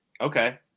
Okay